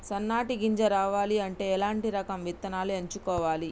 సన్నటి గింజ రావాలి అంటే ఎలాంటి రకం విత్తనాలు ఎంచుకోవాలి?